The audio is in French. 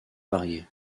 variés